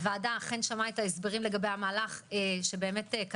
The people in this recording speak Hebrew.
הוועדה שמעה את ההסברים לגבי המהלך שקדם